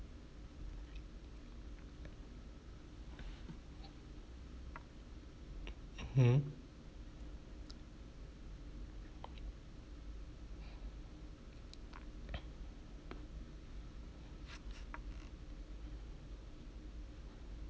hmm